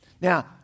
Now